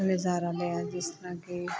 ਨਜ਼ਾਰਾ ਲਿਆ ਜਿਸ ਤਰ੍ਹਾਂ ਕਿ